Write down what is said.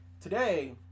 today